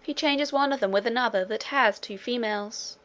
he changes one of them with another that has two females